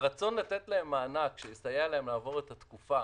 הרצון לתת להם מענק שיסייע להם לעבור את התקופה,